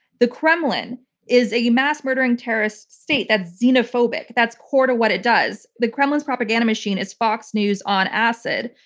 the kremlin is a mass murdering terrorist state that's xenophobic. that's core to what it does. the kremlin's propaganda machine is fox news on acid.